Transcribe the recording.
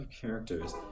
characters